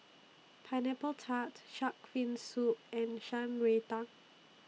Pineapple Tart Shark's Fin Soup and Shan Rui Tang